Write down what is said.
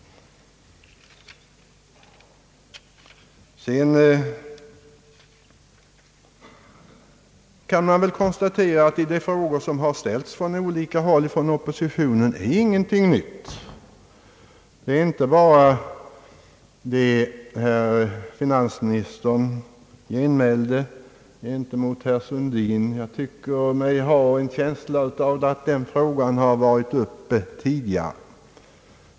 Man kan väl också konstatera att de frågor, som ställts från olika håll i oppositionen, innebär ingenting nytt. Det gäller inte bara den fråga i vilken finansministern invände gentemot herr Sundin att han hade en känsla av att den varit uppe tidigare.